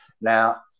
Now